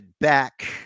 back